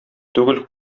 түгел